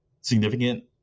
significant